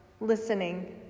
listening